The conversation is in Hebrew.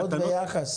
כבוד ויחס?